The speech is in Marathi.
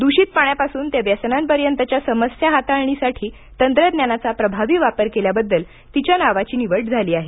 दुषित पाण्यापासून ते व्यसनांपर्यंतच्या समस्या हाताळणीसाठी तंत्रज्ञानाचा प्रभावी वापर केल्याबद्दल तिच्या नावाची निवड झाली आहे